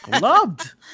loved